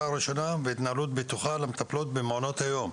הראשונה והתנהלות בטוחה למטפלות במעונות היום.